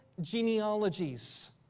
genealogies